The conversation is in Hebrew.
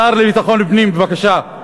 השר לביטחון הפנים, בבקשה.